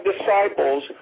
disciples